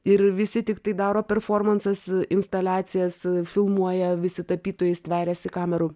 ir visi tiktai daro performansas instaliacijas filmuoja visi tapytojai stveriasi kamerų